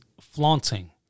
flaunting